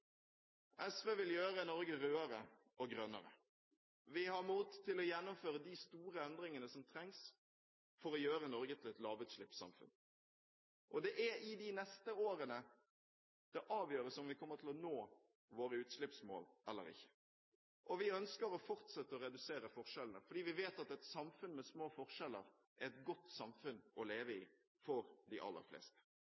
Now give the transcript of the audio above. SV vil gjøre Norge rødere og grønnere. Vi har mot til å gjennomføre de store endringene som trengs for å gjøre Norge til et lavutslippssamfunn. Det er i de neste årene det avgjøres om vi kommer til å nå våre utslippsmål eller ikke. Vi ønsker å fortsette å redusere forskjellene, fordi vi vet at et samfunn med små forskjeller er et godt samfunn å leve